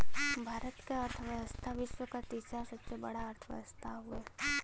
भारत क अर्थव्यवस्था विश्व क तीसरा सबसे बड़ा अर्थव्यवस्था हउवे